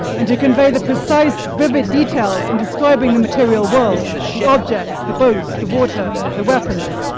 and to convey the precise vivid details in describing the material world, the objects, the boats, the water, the weapons,